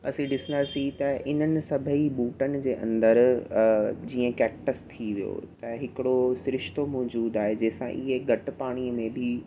असां ॾिसंदासीं त हिननि सभई ॿूटन जे अंदरु जीअं केक्टस थी वियो हिकिड़ो सिरिश्तो मौजूद आहे जंहिंसां इहे घटि पाणीअ में बि